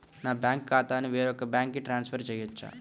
నా బ్యాంక్ ఖాతాని వేరొక బ్యాంక్కి ట్రాన్స్ఫర్ చేయొచ్చా?